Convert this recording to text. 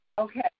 Okay